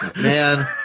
Man